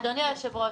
אדוני היושב-ראש,